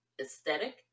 aesthetic